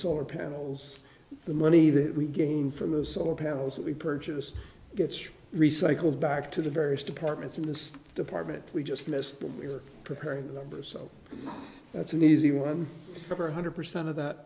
solar panels the money that we gain from the solar panels that we purchased gets recycled back to the various departments in this department we just missed them we're preparing the numbers so that's an easy one for one hundred percent of that